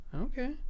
Okay